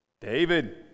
David